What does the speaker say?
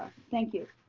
thank you.